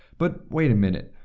but wait a minute!